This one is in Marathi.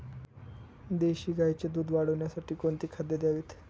देशी गाईचे दूध वाढवण्यासाठी कोणती खाद्ये द्यावीत?